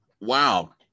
Wow